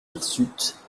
hirsutes